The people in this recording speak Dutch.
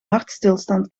hartstilstand